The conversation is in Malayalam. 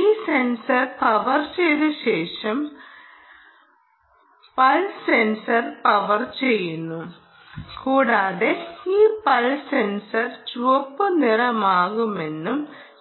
ഈ സെൻസർ പവർ ചെയ്ത ശേഷം പൾസ് സെൻസർ പവർ ചെയ്യുന്നു കൂടാതെ ഈ പൾസ് സെൻസർ ചുവപ്പ് നിറമാകുമെന്നും